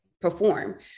perform